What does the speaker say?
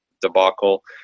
debacle